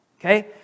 okay